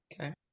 Okay